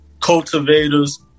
cultivators